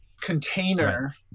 container